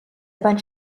bunch